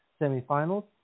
semifinals